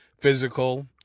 physical